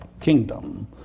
kingdom